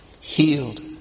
healed